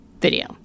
video